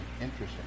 interesting